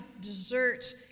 dessert